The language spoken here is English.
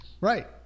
right